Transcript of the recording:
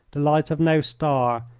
the light of no star,